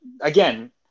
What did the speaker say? again